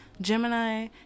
Gemini